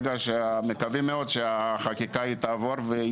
ומקווים מאוד שהחקיקה תעבור.